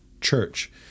church